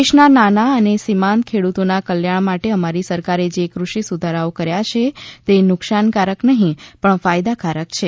દેશના નાના અને સિમાંત ખેડૂતોના કલ્યાણ માટે અમારી સરકારે જે કૃષિ સુધારાઓ કર્યા છે તે નુકશાનકારક નહી પણ ફાયદાકારક છે